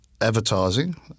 advertising